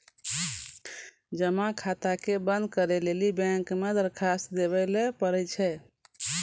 जमा खाता के बंद करै लेली बैंक मे दरखास्त देवै लय परै छै